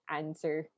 answer